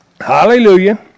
Hallelujah